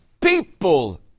people